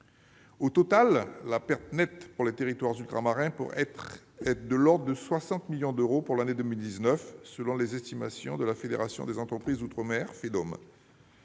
Au total, la perte nette pour les territoires ultramarins pourrait être de l'ordre de 60 millions d'euros pour l'année 2019, selon les estimations de la Fédération des entreprises d'outre-mer (Fedom).